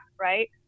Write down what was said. right